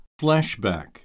flashback